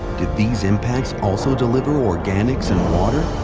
did these impacts also deliver organics in water,